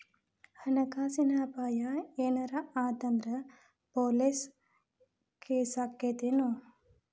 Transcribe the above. ಹಣ ಕಾಸಿನ್ ಅಪಾಯಾ ಏನರ ಆತ್ ಅಂದ್ರ ಪೊಲೇಸ್ ಕೇಸಾಕ್ಕೇತೆನು?